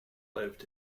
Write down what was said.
lived